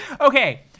Okay